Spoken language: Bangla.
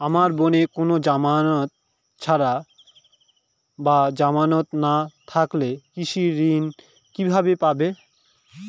আমার বোনের কোন জামানত ছাড়া বা জামানত না থাকলে কৃষি ঋণ কিভাবে পাবে?